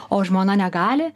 o žmona negali